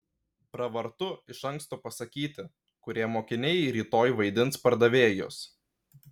pravartu iš anksto pasakyti kurie mokiniai rytoj vaidins pardavėjus